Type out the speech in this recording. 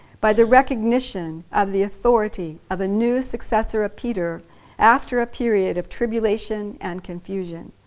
by the recognition of the authority of a new successor of peter after a period of tribulation and confusion